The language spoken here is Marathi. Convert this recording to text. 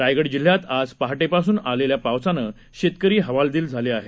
रायगड जिल्ह्यात आज पहाटेपासून आलेल्या पावसानं शेतकरी हवालदिल झाले आहेत